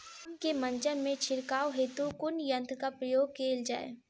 आम केँ मंजर मे छिड़काव हेतु कुन यंत्रक प्रयोग कैल जाय?